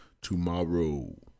tomorrow